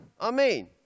Amen